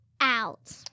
out